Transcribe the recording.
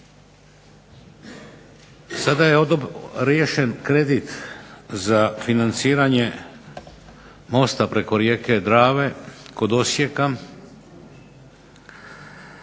Sada je riješen kredit za financiranje mosta preko rijeke Drave kod Osijeka,